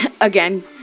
again